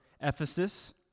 Ephesus